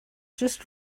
just